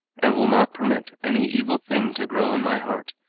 i will not permit any evil thing to grow in my heart,